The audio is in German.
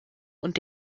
und